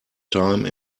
time